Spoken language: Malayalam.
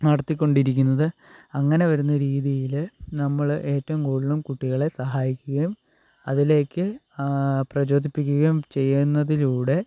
നടത്തിക്കൊണ്ടിരിക്കുന്നത് അങ്ങനെ വരുന്ന രീതിയിൽ നമ്മൾ ഏറ്റവും കൂടുതലും കുട്ടികളെ സഹായിക്കുകയും അതിലേയ്ക്ക് പ്രചോദിപ്പിക്കുകയും ചെയ്യുന്നതിലൂടെ